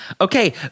Okay